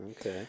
Okay